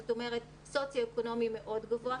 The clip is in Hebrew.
זאת אומרת סוציו-אקונומי מאוד גבוה,